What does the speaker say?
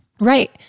Right